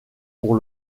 pour